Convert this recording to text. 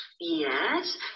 yes